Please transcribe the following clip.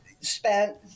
spent